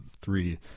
three